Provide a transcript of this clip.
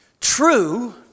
True